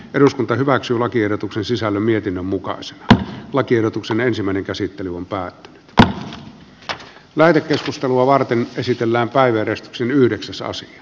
eduskunta hyväksyi lakiehdotuksen sisällön mietinnön mukaan sekä lakiehdotuksen ensimmäinen käsittely on paha että lähetekeskustelua varten esitellään päiväjärjestyksen yhdeksäs sasi